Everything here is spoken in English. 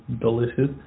delicious